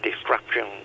disruption